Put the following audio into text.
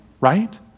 right